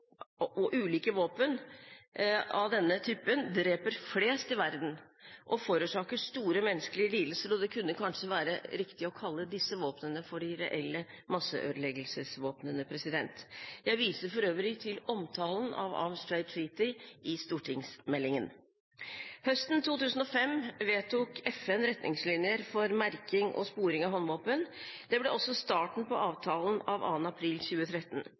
denne typen dreper flest i verden og forårsaker store menneskelige lidelser, så det kunne kanskje være riktig å kalle disse våpnene for de reelle masseødeleggelsesvåpnene. Jeg viser for øvrig til omtalen av Arms Trade Treaty i stortingsmeldingen. Høsten 2005 vedtok FN retningslinjer for merking og sporing av håndvåpen. Det ble også starten på avtalen av 2. april 2013.